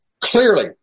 clearly